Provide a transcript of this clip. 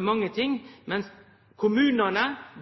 mange ting. Men grunnleggjande velferdstenester i kommunane